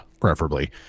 Preferably